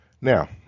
Now